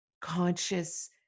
conscious